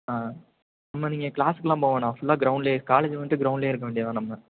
ஆ ஆமாம் நீங்கள் க்ளாஸுக்குலாம் போக வேணாம் ஃபுல்லா க்ரௌண்ட்லையே காலேஜுக்கு வந்துட்டு க்ரௌண்ட்லேயே இருக்க வேண்டியது தான் நம்ம